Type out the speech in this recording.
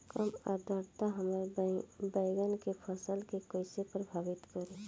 कम आद्रता हमार बैगन के फसल के कइसे प्रभावित करी?